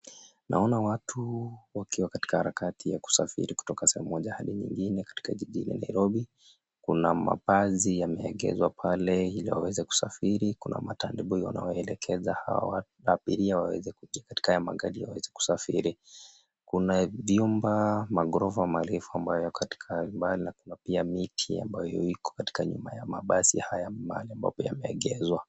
Naona watu wakiwa katika harakati ya kusafiri kutoka eneo moja hadi nyingine jijini Nairobi. Kuna mabasi yameegeshwa pale ili waweze kusafiri. Kuna maturnboy wanawaelekeza hawa abiria ili waweze kusafiri. Kuna vyumba maghorofa marefu ambayo yako katika baa ya miti ambayo iko katika nyuma ya mabasi hayo ambayo yameegezwa.